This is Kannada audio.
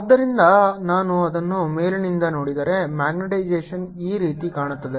ಆದ್ದರಿಂದ ನಾನು ಅದನ್ನು ಮೇಲಿನಿಂದ ನೋಡಿದರೆ ಮ್ಯಾಗ್ನೆಟೈಸೇಶನ್ ಈ ರೀತಿ ಕಾಣುತ್ತದೆ